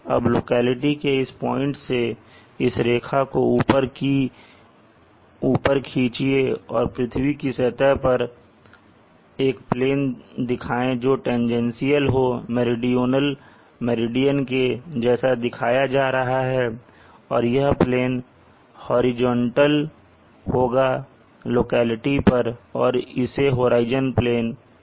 अब लोकेलिटी के इस पॉइंट से इस रेखा को ऊपर खींचिए और पृथ्वी की सतह पर एक प्लेन दिखाए जो टैन्जेन्शल हो मेरिडियन के जैसा दिखाया जा रहा है और यह प्लेन हॉरिजॉन्टल होगा लोकेलिटी पर और इसे होराइजन प्लेन कहते हैं